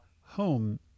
home